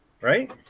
right